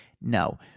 No